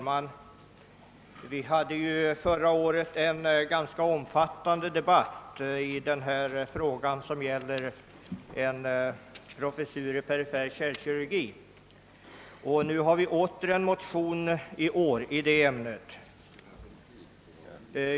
Herr talman! Vi hade förra året en ganska omfattande debatt angående ett förslag om en professur i perifer kärlkirurgi. I år finns det åter en motion i det ämnet.